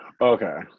okay